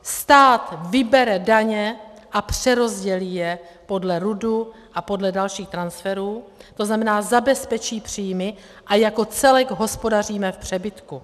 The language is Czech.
Stát vybere daně a přerozdělí je podle RUDu a podle dalších transferů, to znamená, zabezpečí příjmy a jako celek hospodaříme v přebytku.